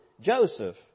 Joseph